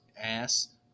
ass